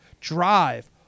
drive